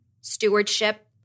stewardship